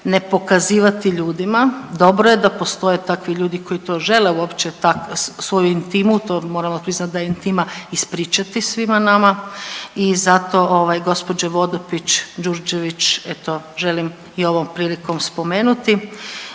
ne pokazivati ljudima, dobro je da postoje takvi ljudi koji to žele uopće tak…, svoju intimu, to moramo priznat da je intima ispričati svima nama i zato ovaj gđe. Vodopić i Đurđević eto želim i ovom prilikom spomenuti